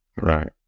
right